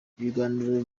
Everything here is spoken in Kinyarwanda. ibiganiro